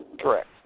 Correct